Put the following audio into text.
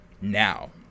Now